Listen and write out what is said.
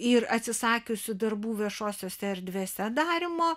ir atsisakiusi darbų viešosiose erdvėse darymo